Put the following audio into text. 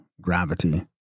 gravity